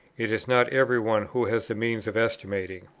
it is not every one who has the means of estimating.